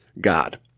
God